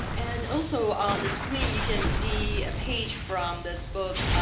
and also on the screen you can see a page from this book,